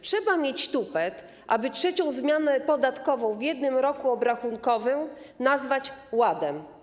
Trzeba mieć tupet, aby trzecią zmianę podatkową w jednym roku obrachunkowym nazwać ładem.